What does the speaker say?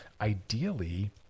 Ideally